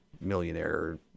millionaire